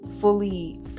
fully